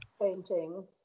painting